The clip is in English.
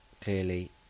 clearly